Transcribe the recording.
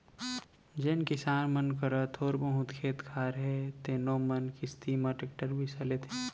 जेन किसान मन करा थोर बहुत खेत खार हे तेनो मन किस्ती म टेक्टर बिसा लेथें